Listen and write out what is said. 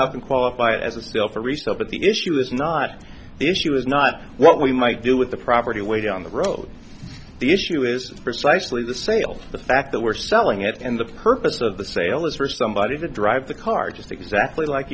been qualified as a still for resale but the issue is not the issue is not what we might do with the property way down the road the issue is precisely the sale to the fact that we're selling it and the purpose of the sale is for somebody to drive the car just exactly like